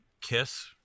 kiss